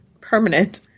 permanent